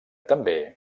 també